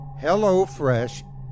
HelloFresh